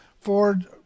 Ford